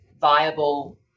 viable